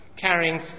carrying